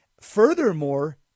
Furthermore